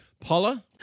Paula